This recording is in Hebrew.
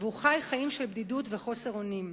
והוא חי חיים של בדידות וחוסר אונים.